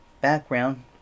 background